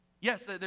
Yes